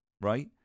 right